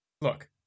Look